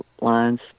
lines